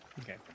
Okay